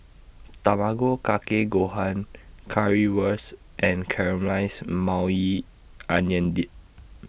Tamago Kake Gohan Currywurst and Caramelized Maui Onion Dip